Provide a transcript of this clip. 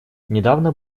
недавно